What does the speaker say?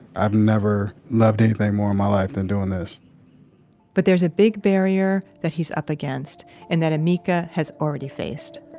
i've never loved anything more in my life than doing this but there's a big barrier that he's up against, and that amika has already faced.